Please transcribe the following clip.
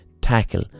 tackle